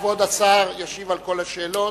כבוד השר ישיב על כל השאלות.